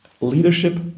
leadership